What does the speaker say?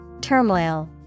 Turmoil